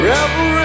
Rebel